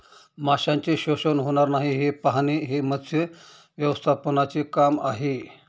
माशांचे शोषण होणार नाही हे पाहणे हे मत्स्य व्यवस्थापनाचे काम आहे